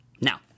Now